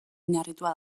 oinarritua